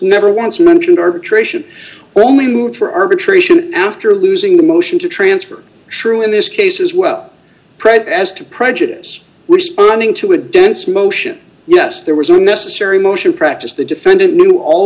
never once mentioned arbitration well move for arbitration after losing the motion to transfer true in this case as well prayed as to prejudice which spawning to a dense motion yes there was unnecessary motion practice the defendant knew all